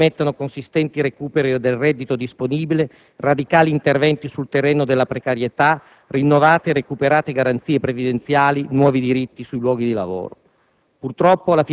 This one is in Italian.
misure che permettano consistenti recuperi del reddito disponibile, radicali interventi sul terreno della precarietà, rinnovate e recuperate garanzie previdenziali, nuovi diritti sui luoghi di lavoro.